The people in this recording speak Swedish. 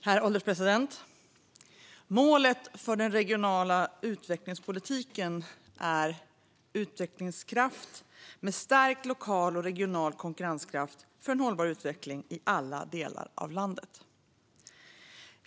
Herr ålderspresident! Målet för den regionala utvecklingspolitiken är utvecklingskraft med stark lokal och regional konkurrenskraft för en hållbar utveckling i alla delar av landet.